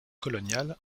coloniale